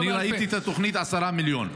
אני ראיתי את התוכנית, 10 מיליון.